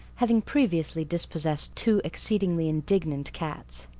having previously dispossessed two exceedingly indignant cats.